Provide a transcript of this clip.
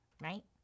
right